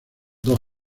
dos